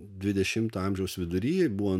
dvidešimto amžiaus vidury buvo